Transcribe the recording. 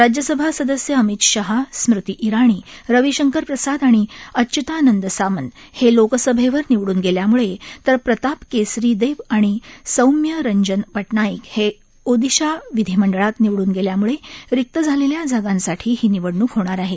राज्यसभा सदस्य अमित शहा स्मृती ईराणी रविशंकर प्रसाद आणि अच्य्तानंद सामंत हे लोकसभेवर निवडून गेल्याम्ळे तर प्रताप केसरी देब आणि सौम्य रंजन पटनाईक हे ओडीशा विधीमंडळात निवडून गेल्यामुळे रिक्त झालेल्या जागांसाठी ही निवडणूक होणार आहे